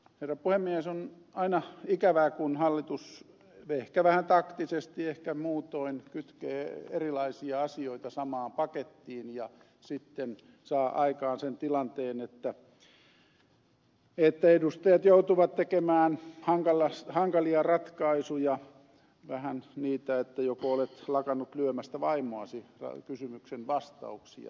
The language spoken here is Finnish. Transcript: on aina ikävää kun hallitus ehkä vähän taktisesti ehkä muutoin kytkee erilaisia asioita samaan pakettiin ja sitten saa aikaan sen tilanteen että edustajat joutuvat tekemään hankalia ratkaisuja vähän sellaisia joko olet lakannut lyömästä vaimoasi kysymyksen vastauksia